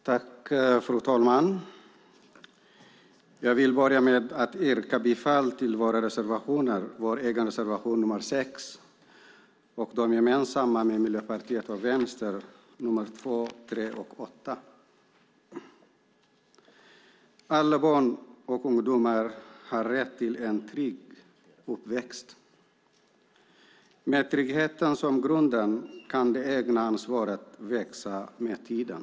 Fru talman! Jag vill börja med att yrka bifall till vår reservation nr 6 och de gemensamma med Miljöpartiet och Vänsterpartiet nr 2, 3 och 8. Alla barn och ungdomar har rätt till en trygg uppväxt. Med tryggheten som grund kan det egna ansvaret växa med tiden.